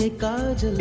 ah god.